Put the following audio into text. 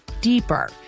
deeper